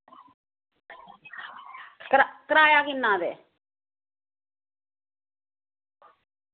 क्र कराया किन्ना ते